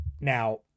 now